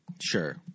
Sure